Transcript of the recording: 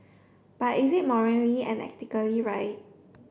but is it morally and ethically right